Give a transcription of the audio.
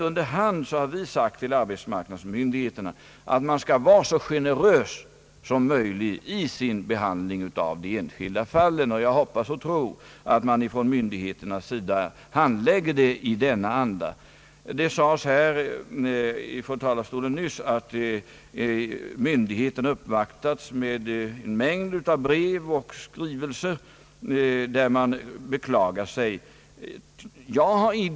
Under hand har vi sagt till arbetsmarknadsmyndigheterna att de bör vara så generösa som möjligt i sin behandling av de enskilda fallen, och jag hoppas och tror att myndigheterna skall handlägga ärendena i den andan. Det sades från talarstolen nyss att myndigheterna uppvaktats med en mängd skrivelser i vilka klagomål framförts.